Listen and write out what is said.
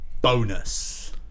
Bonus